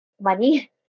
money